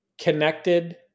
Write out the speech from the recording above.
connected